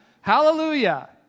hallelujah